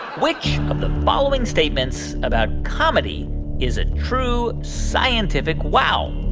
which of the following statements about comedy is a true, scientific wow?